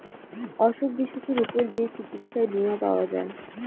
অসুখ বিসুখের উপর যে চিকিৎসার বীমা পাওয়া যায়